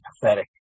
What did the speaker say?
pathetic